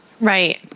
Right